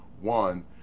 one